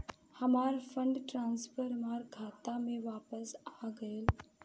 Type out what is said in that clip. हमार fund transfer हमार खाता में वापस आ गइल